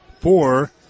Four